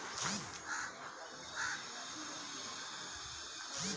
क्या मैं ऑनलाइन अपने खाते से अपनी एल.आई.सी की किश्त जमा कर सकती हूँ?